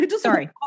Sorry